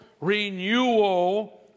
renewal